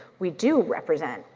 we do represent.